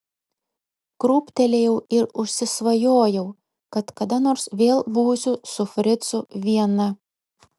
krūptelėjau ir užsisvajojau kad kada nors vėl būsiu su fricu viena